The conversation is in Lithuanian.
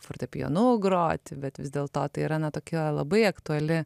fortepijonu grot bet vis dėlto tai yra na tokia labai aktuali